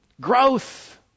Growth